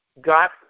got